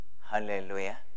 Hallelujah